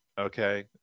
okay